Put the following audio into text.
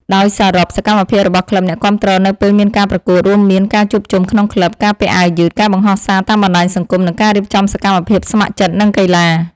ដោយសរុប សកម្មភាពរបស់ក្លឹបអ្នកគាំទ្រនៅពេលមានការប្រកួត រួមមានការជួបជុំក្នុងក្លឹប ការពាក់អាវយឺត ការបង្ហោះសារតាមបណ្តាញសង្គម និងការរៀបចំសកម្មភាពស្ម័គ្រចិត្ត និងកីឡា។